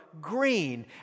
green